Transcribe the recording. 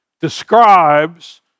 describes